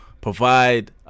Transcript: provide